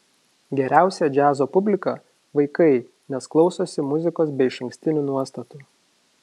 geriausia džiazo publika vaikai nes klausosi muzikos be išankstinių nuostatų